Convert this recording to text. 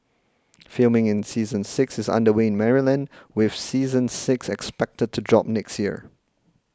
filming for season six is under way in Maryland with season six expected to drop next year